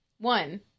one